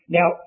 Now